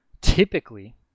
typically